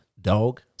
Dog